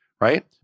right